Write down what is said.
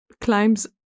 climbs